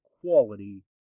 quality